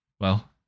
Well